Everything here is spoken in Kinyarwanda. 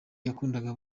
yakundaga